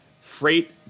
Freight